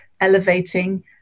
elevating